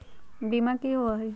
बीमा की होअ हई?